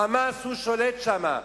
ה"חמאס" שולט שם,